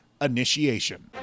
Initiation